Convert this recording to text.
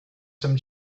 some